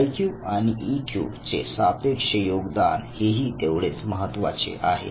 IQ आणि EQ चे सापेक्ष योगदान हे ही तेवढेच महत्त्वाचे आहे